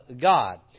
God